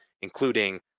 including